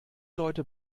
leute